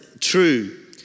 true